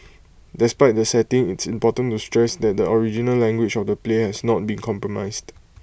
despite the setting it's important to stress that the original language of the play has not been compromised